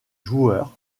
joueurs